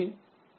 ఇప్పుడు iy2082